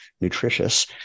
nutritious